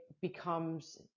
becomes